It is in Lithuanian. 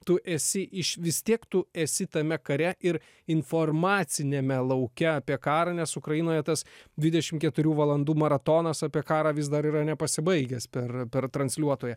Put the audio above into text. tu esi iš vis tiek tu esi tame kare ir informaciniame lauke apie karą nes ukrainoje tas dvidešim keturių valandų maratonas apie karą vis dar yra nepasibaigęs per per transliuotoją